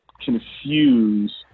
confuse